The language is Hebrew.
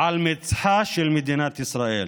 על מצחה של מדינת ישראל.